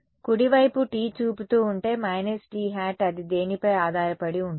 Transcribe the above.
కుడివైపు T చూపుతూ ఉంటే t అది దేనిపై ఆధారపడి ఉంటుంది